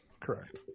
correct